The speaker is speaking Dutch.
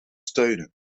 steunen